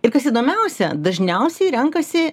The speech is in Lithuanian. ir kas įdomiausia dažniausiai renkasi